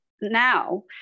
now